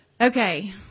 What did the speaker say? Okay